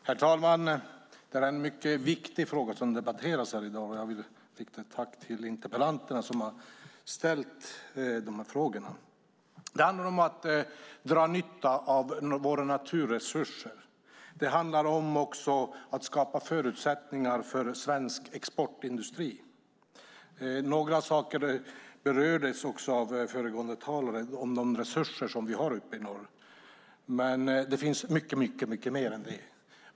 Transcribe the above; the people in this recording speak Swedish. Herr talman! Det är en mycket viktig fråga som debatteras här i dag. Jag vill rikta ett tack till interpellanterna, som har ställt de här frågorna. Det handlar om att dra nytta av våra naturresurser. Det handlar också om att skapa förutsättningar för svensk exportindustri. Föregående talare berörde några av de resurser som vi har uppe i norr, men det finns mycket mer än det.